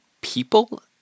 people